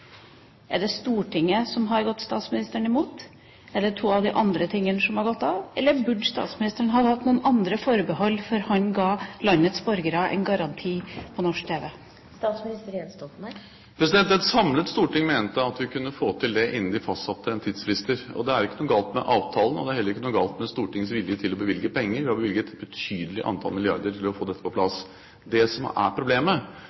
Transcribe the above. Er det Stortinget som har gått statsministeren imot? Er det to av de andre tingene som har gått galt, eller burde statsministeren ha tatt noen andre forbehold før han ga landets borgere en garanti på norsk TV? Et samlet storting mente at vi kunne få til det innen de fastsatte tidsfrister. Det er ikke noe galt med avtalen, og det er heller ikke noe galt med Stortingets vilje til å bevilge penger. Vi har bevilget et betydelig antall milliarder til å få dette på plass. Det som er problemet,